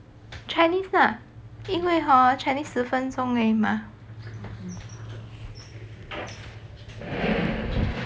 chinese lah 因为 hor chinese 十分钟而已吗